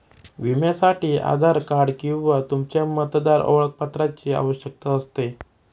विम्यासाठी आधार कार्ड किंवा तुमच्या मतदार ओळखपत्राची आवश्यकता असते